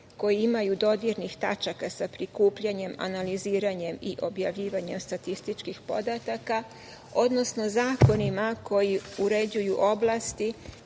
koji imaju dodirnih tačaka sa prikupljanjem, analiziranjem i objavljivanjem statističkih podataka, odnosno zakonima koji uređuju oblasti